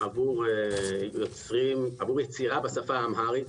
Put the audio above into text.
עבור יצירה בשפה האמהרית,